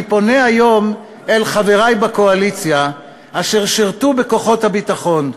אני פונה היום אל חברי בקואליציה אשר שירתו בכוחות הביטחון,